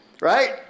right